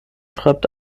schreibt